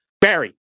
Barry